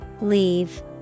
leave